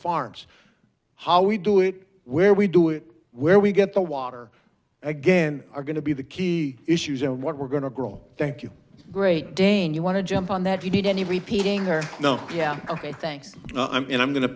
farms how we do it where we do it where we get the water again are going to be the key issues and what we're going to grow thank you great dane you want to jump on that you need any repeating there no yeah ok thanks and i'm going to